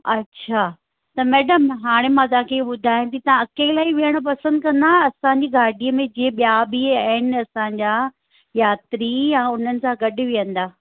अच्छा त मैडम हाणे मां तव्हांखे ॿुधायां थी तव्हां अकेला ई वेहण पसंदि कंदा असांजी गाॾीअ में जीअं ॿिया बि आहिनि असांजा यात्री या उन्हनि सां गॾु वेहंदा